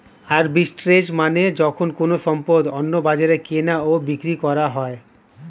arbitrage মানে যখন কোনো সম্পদ অন্য বাজারে কেনা ও বিক্রি করা হয়